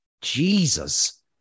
Jesus